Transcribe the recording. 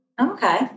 Okay